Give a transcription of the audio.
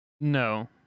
no